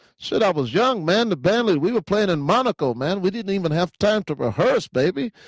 shit, i was young, man. the band, and we were playing in monaco, man. we didn't even have time to rehearse, baby.